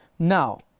Now